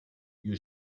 you